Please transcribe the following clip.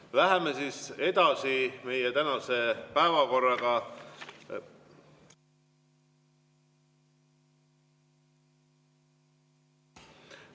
Läheme edasi meie tänase päevakorraga.